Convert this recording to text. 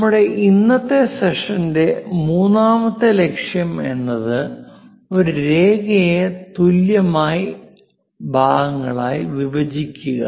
നമ്മുടെ ഇന്നത്തെ സെഷന്റെ മൂന്നാമത്തെ ലക്ഷ്യം എന്നത് ഒരു രേഖയെ തുല്യ ഭാഗങ്ങളായി വിഭജിക്കുക